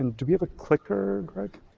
and do we have a clicker, greg?